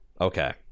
Okay